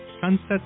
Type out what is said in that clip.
Sunset